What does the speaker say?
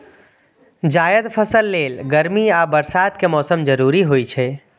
जायद फसल लेल गर्मी आ बरसात के मौसम जरूरी होइ छै